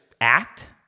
act